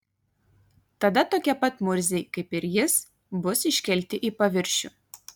tada tokie pat murziai kaip ir jis bus iškelti į paviršių